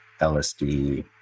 LSD